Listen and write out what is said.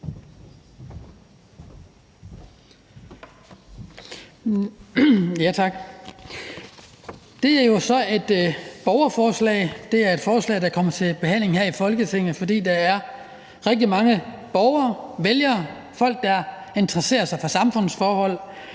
det er et forslag, der kommer til behandling her i Folketinget, fordi der er rigtig mange borgere, vælgere, folk, der interesserer sig for samfundsforhold,